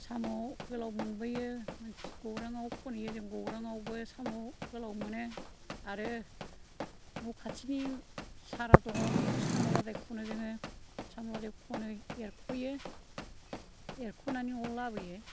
साम' गोलाव मोनबोयो मोनस गौराङाव खनहैयो जों गौराङावबो साम' गोलाव मोनो आरो न' खाथिनि सारा दङ बेहायबो साम' लादाय खनो जोङो साम' लादाय खनो एरख'यो एरख'नानै न'आव लाबोयो